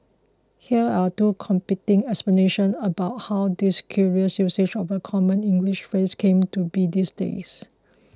here are two competing explanations about how this curious usage of a common English phrase came to be these days